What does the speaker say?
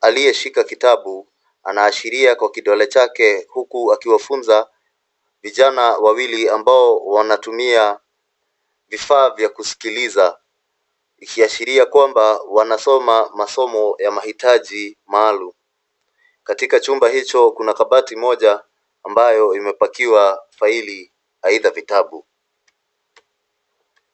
aliyeshika kitabu anaashiria kwa kidole chake huku akiwafunza vijana wawili ambao wanatumia vifaa vya kusikiliza, ikiashiria kwamba wanasoma masomo ya mahitaji maalum. Katika chumba hicho kuna kabati moja ambayo imepakiwa faila aidha vitabu.